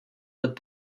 let